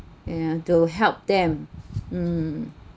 and they'll help them mm